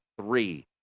three